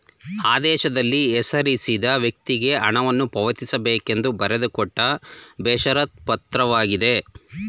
ಆದೇಶದಲ್ಲಿ ಹೆಸರಿಸಿದ ವ್ಯಕ್ತಿಗೆ ಹಣವನ್ನು ಪಾವತಿಸಬೇಕೆಂದು ಬರೆದುಕೊಟ್ಟ ಬೇಷರತ್ ಪತ್ರವಾಗಿದೆ